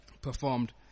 performed